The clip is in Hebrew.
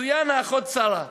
תצוין האחות שרה,